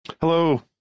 hello